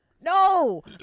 No